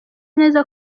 neza